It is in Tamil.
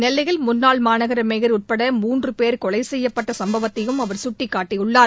நெல்லையில் முன்னாள் மாநகர மேயர் உட்பட மூன்று பேர் கொலை செய்யப்பட்ட சம்பவத்தையும் அவர் சுட்டிகாட்டியுள்ளார்